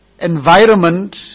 environment